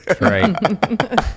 Right